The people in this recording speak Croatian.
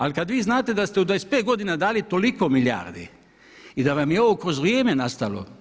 Ali kada vi znate da ste u 25 godina dali toliko milijardi i da vam je ovo kroz vrijeme nastalo.